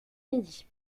midi